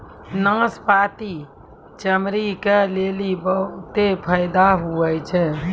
नाशपती चमड़ी के लेली बहुते फैदा हुवै छै